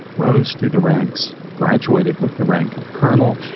rose through the ranks, graduated with the rank of colonel,